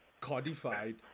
codified